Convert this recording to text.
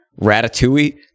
Ratatouille